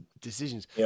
decisions